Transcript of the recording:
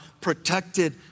protected